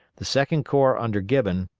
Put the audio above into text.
the second corps under gibbon,